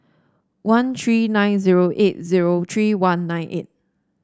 one three nine zero eight zero three one nine eight